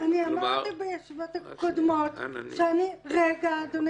--- אמרתי בישיבות הקודמות שאנשים עם מב"דים